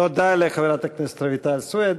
תודה לחברת הכנסת רויטל סויד.